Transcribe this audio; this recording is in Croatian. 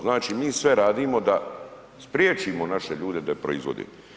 Znači mi sve radimo da spriječimo naše ljude da proizvode.